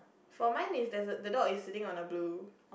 for mine is there's a the dog is sitting on a blue